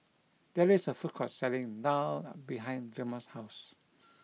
there is a food court selling Daal behind Drema's house